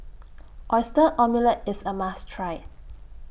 Qyster Omelette IS A must Try